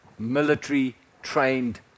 military-trained